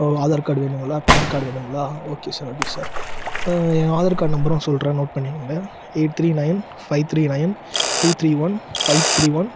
ஓ Aadhaar card வேணும்ங்களா PAN card வேணும்ங்களா okay sir okay sir என் ஆதார் கார்ட் நம்பரும் சொல்கிறேன் நோட் பண்ணிக்கோங்க eight three nine five three nine two three one five three one